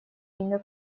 имя